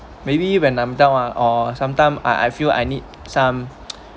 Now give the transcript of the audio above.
maybe when I'm down ah or sometime I I feel I need some